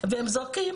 והם זורקים